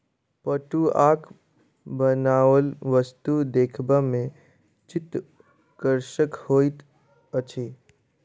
पटुआक बनाओल वस्तु देखबा मे चित्तकर्षक होइत अछि